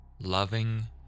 loving